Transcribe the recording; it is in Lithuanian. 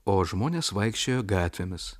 o žmonės vaikščiojo gatvėmis